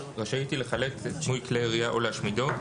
רשאית היא לחלט את דמוי כלי הירייה או להשמידו,